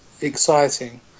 exciting